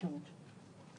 ג'ורג'.